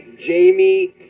Jamie